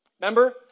Remember